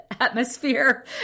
atmosphere